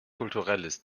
kulturelles